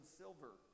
silver